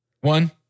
One